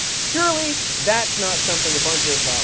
surely that's not something a bunch of